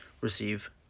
receive